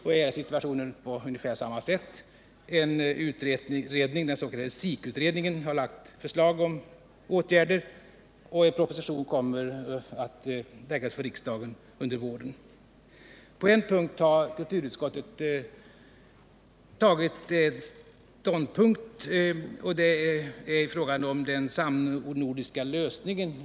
Situationen är därvidlag ungefär densamma. En utredning, den s.k. SIK-utredningen, har lagt fram förslag till åtgärder, och det kommer att framläggas en proposition i ärendet för riksdagen under våren. På en punkt har kulturutskottet tagit ställning, nämligen i frågan om den samnordiska lösningen.